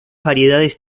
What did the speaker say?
variedades